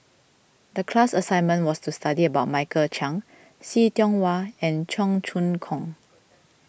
the class assignment was to study about Michael Chiang See Tiong Wah and Cheong Choong Kong